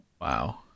Wow